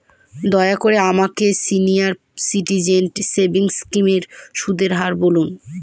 দয়া করে আমাকে সিনিয়র সিটিজেন সেভিংস স্কিমের সুদের হার বলুন